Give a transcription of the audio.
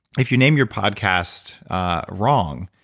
if you name your podcast wrong,